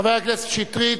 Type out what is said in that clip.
חבר הכנסת שטרית,